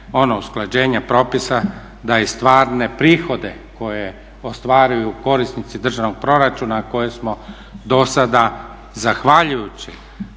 ono usklađenje propisa da i stvarne prihode koje ostvaruju korisnici državnog proračuna a koje smo dosada zahvaljujući